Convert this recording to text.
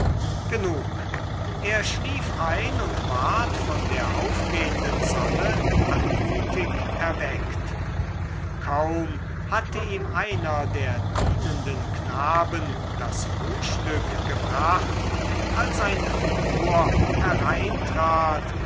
genug er schlief ein und ward von der aufgehenden sonne anmutig erweckt kaum hatte ihm einer der dienenden knaben das frühstück gebracht als eine figur hereintrat